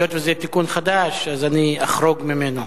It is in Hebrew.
היות שזה תיקון חדש אני אחרוג ממנו.